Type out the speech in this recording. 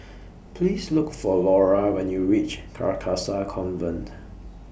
Please Look For Laura when YOU REACH Carcasa Convent